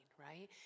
right